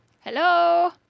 Hello